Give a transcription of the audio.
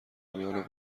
میان